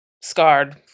scarred